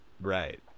right